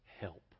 help